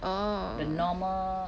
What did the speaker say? orh